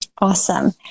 Awesome